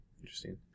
Interesting